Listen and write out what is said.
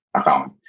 account